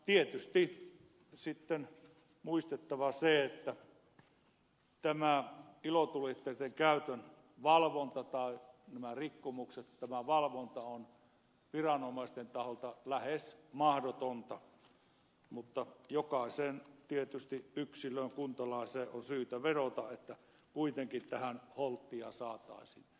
tietysti sitten on muistettava se että tämä ilotulitteitten käytön valvonta näiden rikkomusten osalta on viranomaisten taholta lähes mahdotonta mutta tietysti jokaiseen yksilöön kuntalaiseen on syytä vedota niin että kuitenkin tähän holttia saataisiin